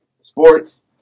Sports